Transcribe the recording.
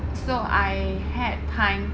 so I had time